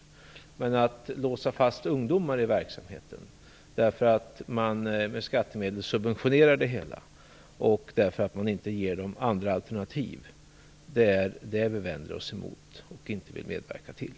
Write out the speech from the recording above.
Vi vänder oss emot att man låser fast ungdomar i verksamheten, därför att man med skattemedel subventionerar det hela och inte ger ungdomarna andra alternativ. Det vill vi inte medverka till.